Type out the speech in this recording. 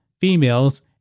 females